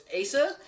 Asa